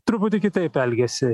truputį kitaip elgiasi